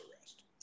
arrest